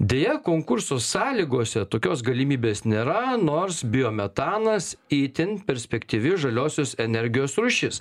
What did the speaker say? deja konkurso sąlygose tokios galimybės nėra nors biometanas itin perspektyvi žaliosios energijos rūšis